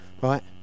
Right